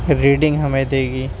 reading ہمیں دے گی